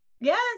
Yes